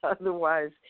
Otherwise